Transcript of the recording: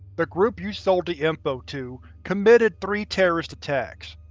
the group you sold the info too committed three terrorist attacks.